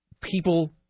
people